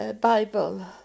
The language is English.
Bible